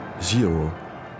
zero